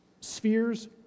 spheres